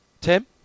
Tim